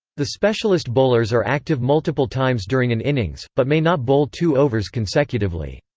the specialist bowlers are active multiple times during an innings, but may not bowl two overs consecutively.